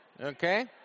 Okay